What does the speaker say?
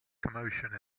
commotion